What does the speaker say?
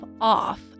off